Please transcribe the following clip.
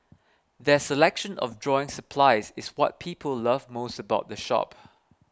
their selection of drawing supplies is what people love most about the shop